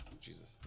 Jesus